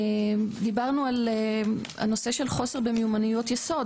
דיברנו על הנושא של חוסר במיומנויות יסוד,